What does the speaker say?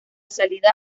salida